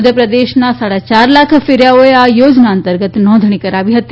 મધ્યપ્રદેશનાં સાડા ચાર લાખ ફેરીયાઓએ આ યોજના અંતર્ગત નોંધાણી કરાવી હતી